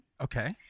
Okay